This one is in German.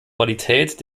qualität